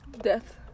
Death